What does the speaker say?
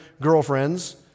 girlfriends